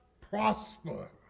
prosper